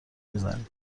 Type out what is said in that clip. میزنی